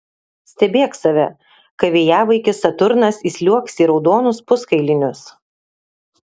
stebėk save kai vėjavaikis saturnas įsliuogs į raudonus puskailinius